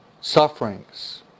sufferings